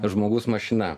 žmogus mašina